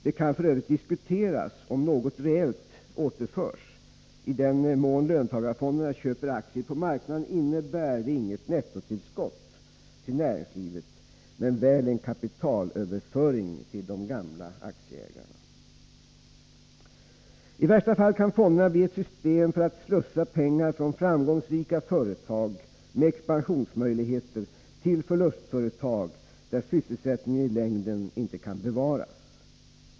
Det kan f. ö. diskuteras om något reellt återförs. I den mån löntagarfonderna köper aktier på marknaden innebär det inget nettotillskott till näringslivet, men väl en kapitalöverföring till de ”gamla” aktieägarna. I värsta fall kan fonderna bli ett system för att slussa pengar från framgångsrika företag med expansionsmöjligheter till förlustföretag där sysselsättningen i längden inte kan bevaras.